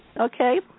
okay